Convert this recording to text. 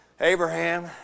Abraham